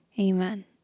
Amen